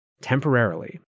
Temporarily